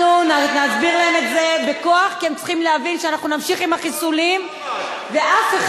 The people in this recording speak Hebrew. אנחנו נסביר להם את זה בכוח, כי הם